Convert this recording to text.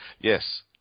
Yes